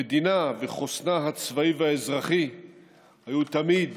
המדינה וחוסנה הצבאי והאזרחי היו תמיד